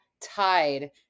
tied